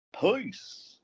Peace